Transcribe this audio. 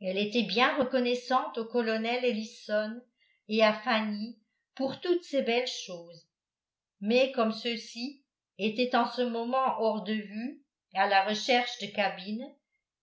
elle était bien reconnaissante au colonel ellison et à fanny pour toutes ces belles choses mais comme ceux-ci étaient en ce moment hors de vue à la recherche de cabines